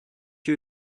you